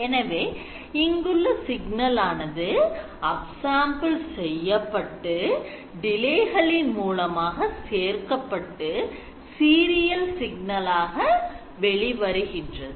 எனவே இங்குள்ள சிக்னல் ஆனது upsample செய்யப்பட்டு delay களின் மூலமாக சேர்க்கப்பட்டு serial சிக்னலாக வெளிவருகின்றது